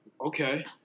Okay